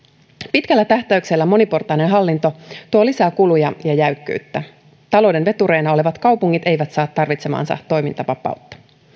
pitkällä tähtäyksellä moniportainen hallinto tuo lisää kuluja ja jäykkyyttä talouden vetureina olevat kaupungit eivät saa tarvitsemaansa toimintavapautta